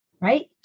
right